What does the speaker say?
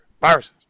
Viruses